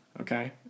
okay